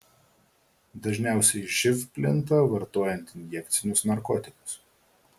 dažniausiai živ plinta vartojant injekcinius narkotikus